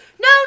no